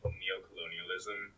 neocolonialism